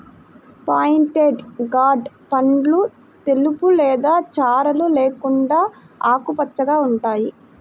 pointed gourd పండ్లు తెలుపు లేదా చారలు లేకుండా ఆకుపచ్చగా ఉంటాయి